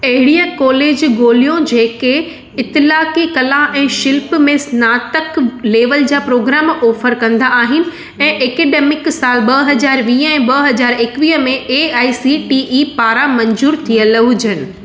अहिड़ा कॉलेज ॻोल्हियो जेके इतलाक़ी कला ऐं शिल्प में स्नातक लेवल जा प्रोग्राम ऑफर कंदा आहिनि ऐं ऐकडेमिक साल ॿ हज़ार वीह ऐं ॿ हज़ार एकवीह में A I C T E पारां मंज़ूरु थियलु हुजनि